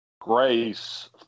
grace